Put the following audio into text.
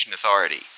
Authority